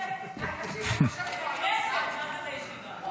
את הכנסת, מה זה את הישיבה?